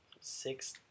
six